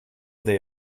they